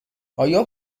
آیا